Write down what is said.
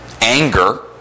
anger